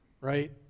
right